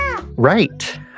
Right